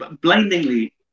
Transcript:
blindingly